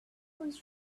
was